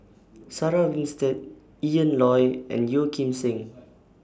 Sarah Winstedt Ian Loy and Yeo Kim Seng